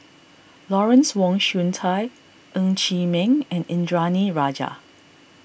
Lawrence Wong Shyun Tsai Ng Chee Meng and Indranee Rajah